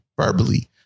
verbally